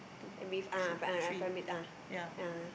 two thr~ three yeah